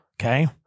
Okay